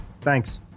thanks